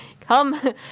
Come